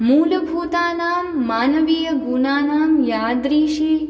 मूलभूतानां मानवीयगुणानां यादृशी